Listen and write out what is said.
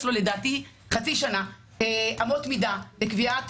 ממתינות אצלו כבר חצי שנה אמות מידה לקביעת